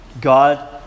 God